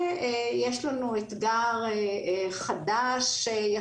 ויש לנו אתגר חדש-ישן,